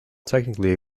technically